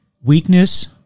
Weakness